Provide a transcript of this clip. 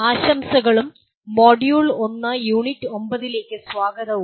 ആശംസകളും module 1 unit 9 ലേക്ക് സ്വാഗതവും